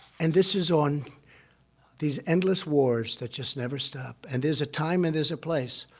and this is on these endless wars that just never stop. and there's a time and there's a place,